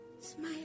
smile